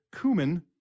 cumin